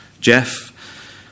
Jeff